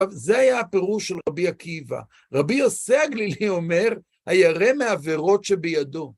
זה היה הפירוש של רבי עקיבא. רבי יוסי הגלילי אומר, הירא מעברות שבידו.